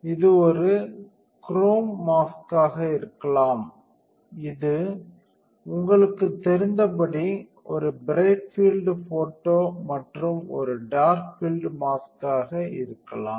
இது ஒரு குரோம் மாஸ்க்காக இருக்கலாம் இது உங்களுக்குத் தெரிந்தபடி ஒரு பிரைட் பீல்ட் போட்டோ மற்றும் ஒரு டார்க் ஃபீல்ட் மாஸ்க்காக இருக்கலாம்